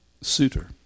suitor